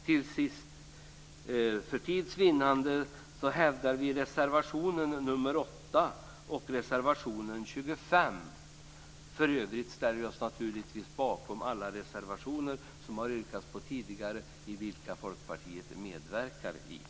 Till sist: För tids vinnande yrkar jag bifall till reservationerna 8 och 25. I övrigt ställer jag mig naturligtvis bakom alla Folkpartiets reservationer som det tidigare har yrkats bifall till.